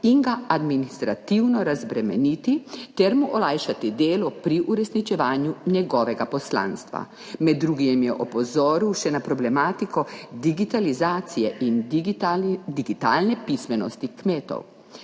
in ga administrativno razbremeniti ter mu olajšati delo pri uresničevanju njegovega poslanstva. Med drugim je opozoril še na problematiko digitalizacije in digitalne pismenosti kmetov.